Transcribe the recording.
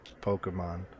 Pokemon